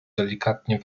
delikatnie